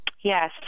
Yes